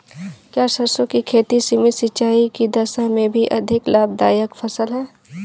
क्या सरसों की खेती सीमित सिंचाई की दशा में भी अधिक लाभदायक फसल है?